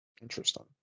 Interesting